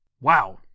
Wow